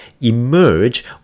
emerge